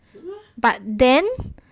but then